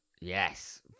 Yes